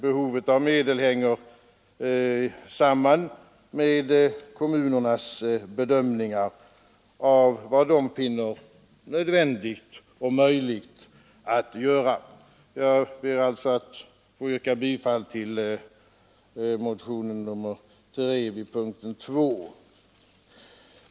Behovet av medel sammanhänger med kommunernas bedömningar av vad de finner nödvändigt och möjligt att bevilja. Jag ber att få yrka bifall till reservationen 3 vid punkten 2.